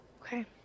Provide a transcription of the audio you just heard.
Okay